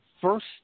first